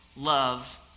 Love